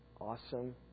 awesome